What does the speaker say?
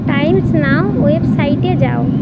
Times Now ওয়েবসাইটে যাও